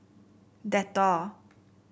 Dettol